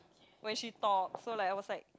when she talk so like I was like